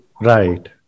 Right